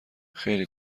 خیلی